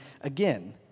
again